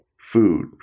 food